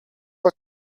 what